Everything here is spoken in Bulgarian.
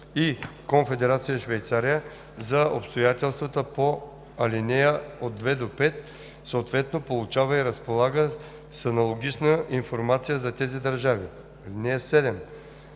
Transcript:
и Конфедерация Швейцария за обстоятелствата по ал. 2 – 5, съответно получава и разполага с аналогична информация за тези държави. (7)